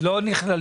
למה?